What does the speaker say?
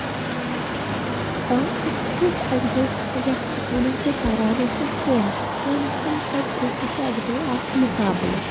آ اَسہِ اوس اَکہِ دۄہ یَتھ سکوٗلس بہٕ پران ٲسٕس ٹینتھس تامَتھن تَتہِ اوس اَسہِ اَکہِ دۄہ اکھ مُقابلہٕ